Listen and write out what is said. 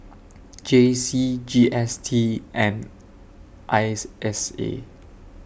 J C G S T and S S A